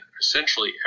essentially